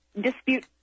dispute